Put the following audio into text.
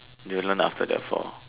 they will learn after their fall